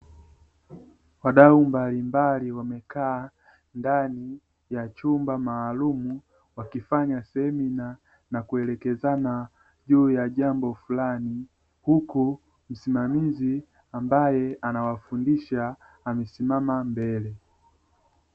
Wadau mbalimbali wamekaa ndani ya chumba maalumu, wakifanya semina na kuelekezana juu ya jambo fulani huku msimamizi ambaye anawafundisha amesimama mbele.